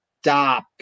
stop